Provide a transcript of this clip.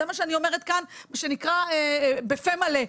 זה מה שאני אומרת כאן, מה שנקרא בפה מלא.